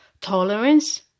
tolerance